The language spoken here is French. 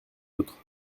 autres